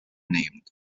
named